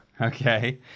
Okay